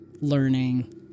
learning